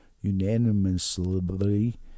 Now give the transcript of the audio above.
unanimously